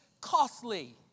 costly